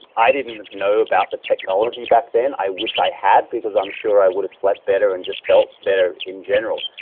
i didn't know about the technology back then. i wish i had, because i'm sure i would have slept better and just felt better in general,